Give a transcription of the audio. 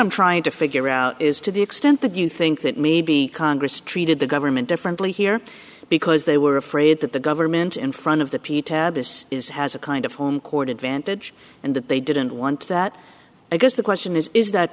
i'm trying to figure out is to the extent that you think that maybe congress treated the government differently here because they were afraid that the government in front of the p t this is has a kind of from court advantage and that they didn't want that i guess the question is is that